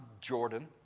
Jordan